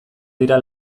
dira